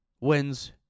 wins